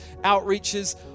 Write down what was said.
outreaches